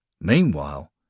Meanwhile